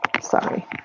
sorry